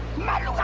matter like